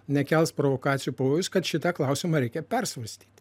nekels provokacijų pavojus kad šitą klausimą reikia persvarstyti